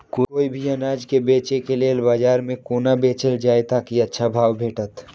कोय भी अनाज के बेचै के लेल बाजार में कोना बेचल जाएत ताकि अच्छा भाव भेटत?